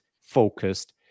focused